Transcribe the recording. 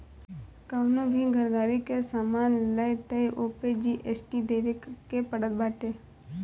कवनो भी घरदारी के सामान लअ तअ ओपे जी.एस.टी देवे के पड़त बाटे